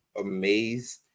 amazed